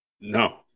No